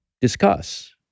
discuss